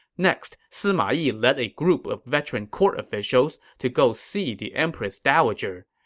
next, sima yi led a group of veteran court officials to go see the empress dowager.